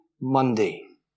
Monday